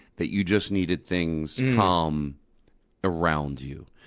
that you just needed things calm around you.